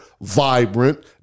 vibrant